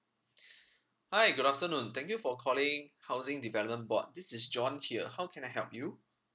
hi good afternoon thank you for calling housing development board this is john here how can I help you